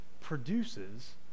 produces